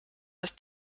ist